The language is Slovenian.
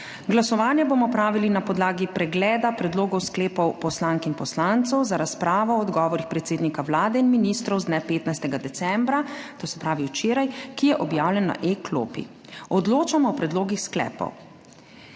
Glasovanje bomo opravili na podlagi pregleda predlogov sklepov poslank in poslancev za razpravo o odgovorih predsednika Vlade in ministrov z dne 15. decembra, to se pravi včeraj, ki je objavljen na e-klopi. Odločamo o predlogih sklepov.